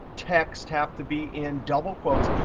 text have to be in double quotes.